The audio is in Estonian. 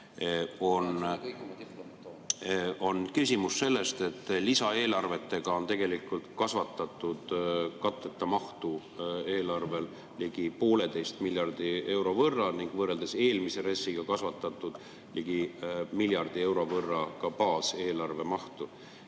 Küsimus on selles, et lisaeelarvetega on tegelikult kasvatatud katteta mahtu eelarvel ligi pooleteist miljardi euro võrra ning võrreldes eelmise RES-iga on kasvatatud ligi miljardi euro võrra ka baaseelarve mahtu.